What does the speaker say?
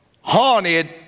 haunted